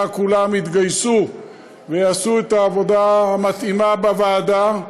כולם יתגייסו ויעשו את העבודה המתאימה בוועדה,